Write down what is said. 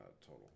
total